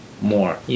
more